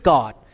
God